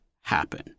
happen